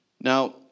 Now